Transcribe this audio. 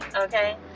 Okay